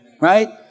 right